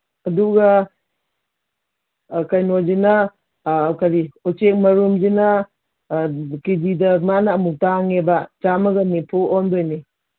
ꯑꯗꯨꯒ ꯀꯩꯅꯣꯁꯤꯅ ꯀꯔꯤ ꯎꯆꯦꯛ ꯃꯔꯨꯝꯁꯤꯅ ꯀꯦ ꯖꯤꯗ ꯃꯥꯅ ꯑꯃꯨꯛ ꯇꯥꯡꯉꯦꯕ ꯆꯥꯝꯃꯒ ꯅꯤꯐꯨ ꯑꯣꯟꯗꯣꯏꯅꯤ